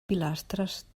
pilastres